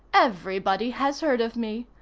everybody has heard of me.